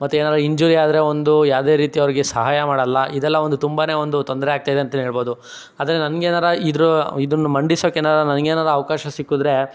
ಮತ್ತೆ ಏನಾದರೂ ಇಂಜೂರಿಯಾದರೆ ಒಂದು ಯಾವುದೇ ರೀತಿ ಅವರಿಗೆ ಸಹಾಯ ಮಾಡಲ್ಲ ಇದೆಲ್ಲ ಒಂದು ತುಂಬನೇ ಒಂದು ತೊಂದರೆಯಾಗ್ತಿದೆ ಅಂತಲೇ ಹೇಳ್ಬೋದು ಆದರೆ ನನಗೆ ಏನಾರ ಇದ್ದರು ಇದನ್ನು ಮಂಡಿಸೋಕೆ ಏನಾರ ಅವಕಾಶ ಸಿಕ್ಕಿದ್ರೆ